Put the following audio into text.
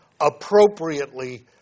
appropriately